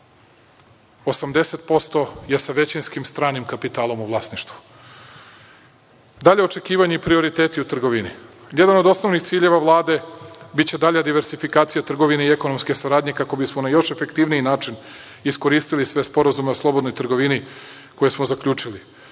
80% je sa većinskim stranim kapitalom u vlasništvu. Dalja očekivanja i prioriteti u trgovini. Jedan od osnovnih ciljeva Vlade biće dalja diversifikacija trgovine i ekonomske saradnje kako bi smo na još efektivniji način iskoristili sve sporazume o slobodnoj trgovini koje smo zaključili.